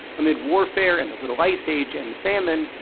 amid warfare, and the little ice age, and famine,